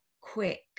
quick